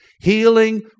Healing